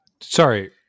sorry